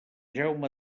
jaume